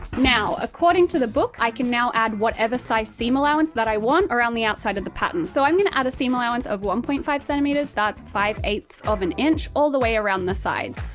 now, according to the book i can now add whatever size seam allowance that i want around the outside of the pattern. so i'm gonna add a seam allowance of one point five centimeters, that's five eight ths of an inch, all the way around the sides.